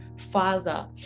father